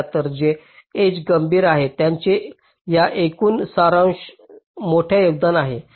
तर जे एज गंभीर आहेत त्यांचे या एकूण सारांशात मोठे योगदान आहे